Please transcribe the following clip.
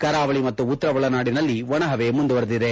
ಕರಾವಳಿ ಮತ್ತು ಉತ್ತರ ಒಳನಾಡಿನಲ್ಲಿ ಒಣಹವೆ ಮುಂದುವರೆದಿದೆ